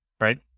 right